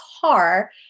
car